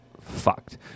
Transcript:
fucked